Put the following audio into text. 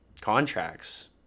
contracts